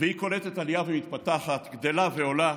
והיא קולטת עלייה ומתפתחת, גדלה ועולה.